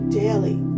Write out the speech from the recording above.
daily